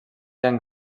iang